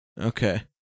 Okay